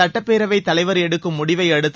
சுட்டபேரவை தலைவர் எடுக்கும் முடிவை அடுத்து